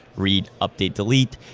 read, update, delete,